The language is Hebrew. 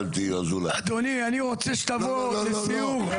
אדוני, אני רוצה שתבוא לסיור.